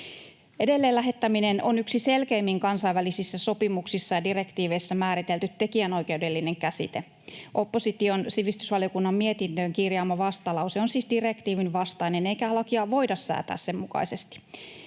Edelleenlähettäminen on yksi selkeimmin kansainvälisissä sopimuksissa ja direktiiveissä määritelty tekijänoikeudellinen käsite. Opposition sivistysvaliokunnan mietintöön kirjaama vastalause on siis direktiivin vastainen, eikä lakia voida säätää sen mukaisesti.